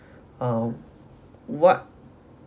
uh what